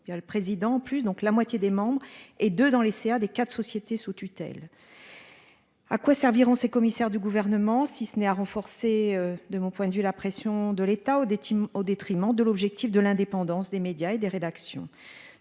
il y a le président en plus donc la moitié des membres et de dans les CA des 4 sociétés sous tutelle. À quoi serviront ces commissaire du gouvernement, si ce n'est ah renforcé de mon point de vue la pression de l'État au des team au détriment de l'objectif de l'indépendance des médias et des rédactions.